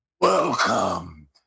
Welcome